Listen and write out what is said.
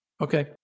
Okay